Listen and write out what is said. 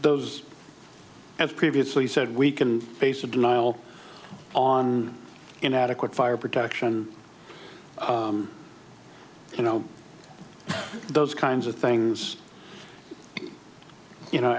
those i've previously said we can face a denial on inadequate fire protection you know those kinds of things you know